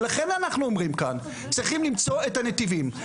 ולכן אנחנו אומרים כאן, צריכים למצוא את הנתיבים.